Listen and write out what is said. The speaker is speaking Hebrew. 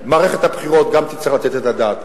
מערכת הבחירות גם תצטרך לתת את הדעת.